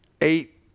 eight